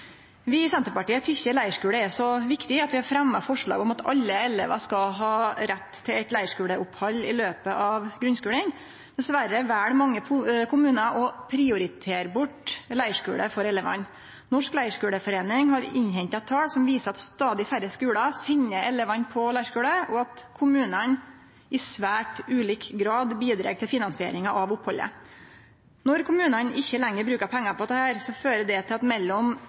Vi i Senterpartiet tykkjer leirskule er så viktig at vi har fremma forslag om at alle elevar skal ha rett til eit leirskuleopphald i løpet av grunnskulen. Dessverre vel mange kommunar å prioritere bort leirskule for elevane. Norsk Leirskoleforening har innhenta tal som viser at stadig færre skular sender elevane på leirskule, og at kommunane i svært ulik grad bidreg til finansieringa av opphaldet. Når kommunane ikkje lenger bruker pengar på dette, fører det til at mellom